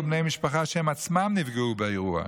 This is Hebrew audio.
בני משפחה שהם עצמם נפגעו באירוע,